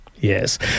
Yes